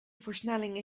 versnellingen